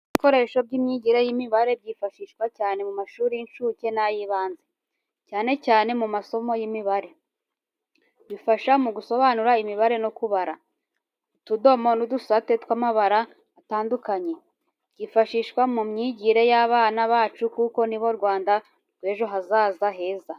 Ibikoresho by’imyigire y’imibare, byifashishwa cyane mu mashuri y’incuke n’ay’ibanze, cyane cyane mu masomo y’imibare. Bifasha mu gusobanura imibare no kubara. Utudomo n'udusate tw’amabara atandukanye, byifashishwa mu myigire y'abana bacu kuko ni bo Rwanda rw'ejo hazaza heza.